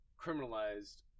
criminalized